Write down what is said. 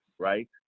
Right